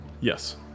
Yes